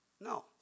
No